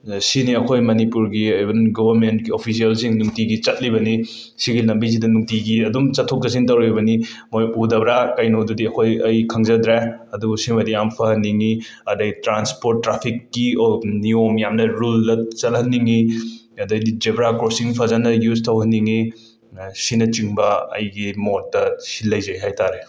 ꯁꯤꯅꯤ ꯑꯩꯈꯣꯏ ꯃꯅꯤꯄꯨꯔꯒꯤ ꯏꯕꯟ ꯒꯣꯋꯃꯦꯟꯠꯀꯤ ꯑꯤꯐꯤꯁ꯭ꯌꯦꯜꯁꯤꯡ ꯅꯨꯡꯇꯤꯒꯤ ꯆꯠꯂꯤꯕꯅꯤ ꯁꯤꯒꯤ ꯂꯝꯕꯤꯖꯤꯗ ꯅꯨꯡꯇꯤꯒꯤ ꯑꯗꯨꯝ ꯆꯊꯣꯛ ꯆꯁꯤꯟ ꯇꯧꯔꯤꯕꯅꯤ ꯃꯣꯏ ꯎꯗꯕ꯭ꯔꯥ ꯀꯩꯅꯣꯗꯨꯗꯤ ꯑꯩꯈꯣꯏ ꯑꯩ ꯈꯪꯖꯗ꯭ꯔꯦ ꯑꯗꯣ ꯁꯤꯃꯗꯤ ꯌꯥꯝ ꯐꯍꯟꯅꯤꯡꯉꯤ ꯑꯗꯩ ꯇ꯭ꯔꯥꯟꯁꯄꯣꯔꯠ ꯇ꯭ꯔꯥꯐꯤꯛꯀꯤ ꯅꯤꯌꯣꯝ ꯌꯥꯝꯅ ꯔꯨꯜꯗ ꯆꯜꯍꯟꯅꯤꯡꯉꯤ ꯑꯗꯩꯗꯤ ꯖꯦꯕ꯭ꯔꯥ ꯀ꯭ꯔꯣꯁꯤꯡ ꯐꯖꯅ ꯌꯨꯖ ꯇꯧꯍꯟꯅꯤꯡꯉꯤ ꯁꯤꯅꯆꯤꯡꯕ ꯑꯩꯒꯤ ꯃꯣꯠꯇ ꯁꯤ ꯂꯩꯖꯩ ꯍꯥꯏ ꯇꯥꯔꯦ